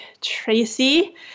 Tracy